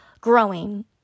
growing